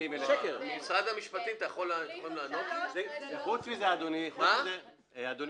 --- וחוץ מזה, אדוני,